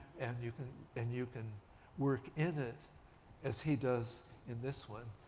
and you can and you can work in it as he does in this one,